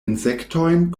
insektojn